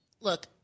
look